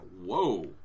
Whoa